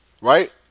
right